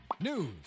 news